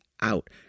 out